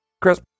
Chris